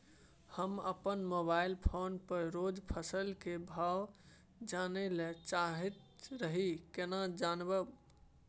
हम अपन mobile phone पर रोज फसल के भाव जानय ल चाहैत रही केना जानब?